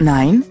Nein